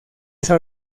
esa